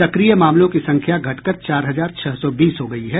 सक्रिय मामलों की संख्या घटकर चार हजार छह सौ बीस हो गयी है